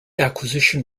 acquisition